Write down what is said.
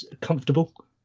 comfortable